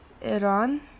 Iran